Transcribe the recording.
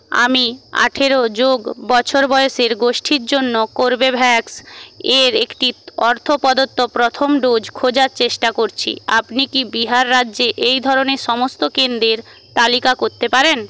আমি আঠারো যোগ বছর বয়সের গোষ্ঠীর জন্য কর্বেভ্যাক্স এর একটি অর্থ প্রদত্ত প্রথম ডোজ খোঁজার চেষ্টা করছি আপনি কি বিহার রাজ্যে এই ধরনের সমস্ত কেন্দ্রের তালিকা করতে পারেন